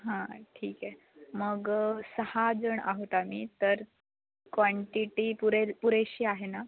हां ठीक आहे मग सहाजण आहोत आम्ही तर क्वांटिटी पुरेल पुरेशी आहे ना